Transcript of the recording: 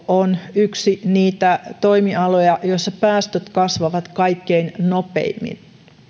on yksi niitä toimialoja joissa päästöt kasvavat kaikkein nopeimmin